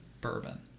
bourbon